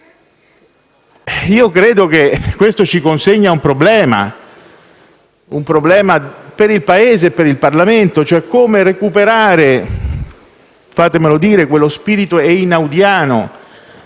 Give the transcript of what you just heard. Io credo che questo ci consegni un problema per il Paese e per il Parlamento, ossia come recuperare - fatemelo dire - quello spirito einaudiano